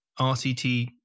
rct